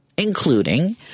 including